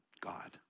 God